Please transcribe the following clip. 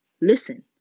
listen